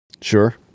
Sure